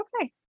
okay